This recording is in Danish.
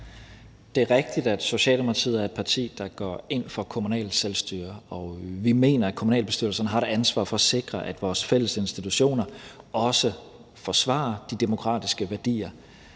Det er rigtigt, at Socialdemokratiet er et parti, der går ind for kommunalt selvstyre, og vi mener, at kommunalbestyrelserne har et ansvar for at sikre, at vores fælles institutioner også forsvarer de demokratiske værdier.